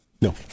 no